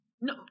no